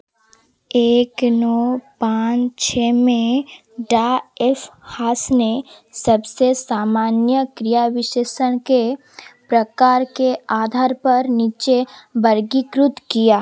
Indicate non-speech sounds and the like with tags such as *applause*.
एक नौ पाँच छः में *unintelligible* ने सबसे सामान्य क्रिया विशेषण के प्रकार के आधार पर नीचे वर्गीकृत किया